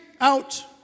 out